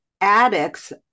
addicts